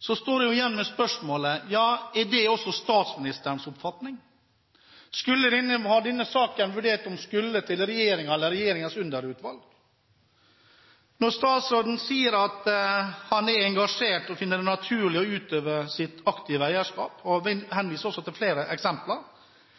er spørsmålet: Er det også statsministerens oppfatning? Hadde man vurdert om denne saken skulle til regjeringen eller til regjeringens underutvalg? Når statsråden sier at han er engasjert og finner det naturlig å utøve sitt aktive eierskap – han henviser også til flere eksempler